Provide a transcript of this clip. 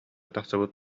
тахсыбыт